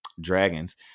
dragons